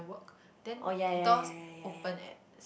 work then doors open at